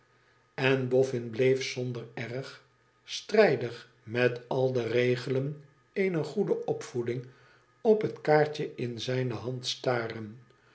en boffin bleef zonder er strijdig met al de regelen eener oede opvoeding op het kaartje in zijne hand staren